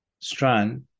strand